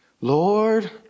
Lord